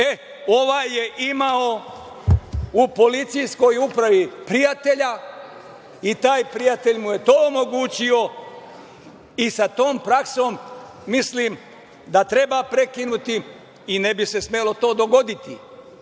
Ovaj je imao u policijskoj upravi prijatelja i taj prijatelj mu je to omogućio i sa tom praksom treba prekinuti i ne bi se smelo to dogoditi. Dame